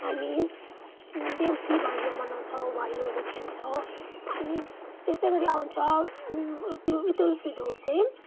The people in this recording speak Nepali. हामी देउसी भैलोहरू मनाउँछौँ भैलोहरू खेल्छौँ अनि त्यसै गरी आउँछ उ त्यो ईद उल फितर चाहिँ